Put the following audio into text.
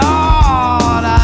Lord